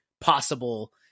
possible